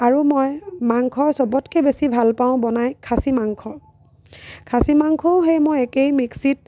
আৰু মই মাংস সবতকে বেছি ভাল পাওঁ বনাই খাচী মাংস খাচী মাংসও সেই মই একেই মিক্সিত